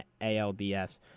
ALDS